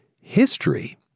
history